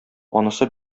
анысы